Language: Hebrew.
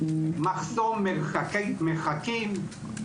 מחסום מרחקים,